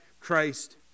Christ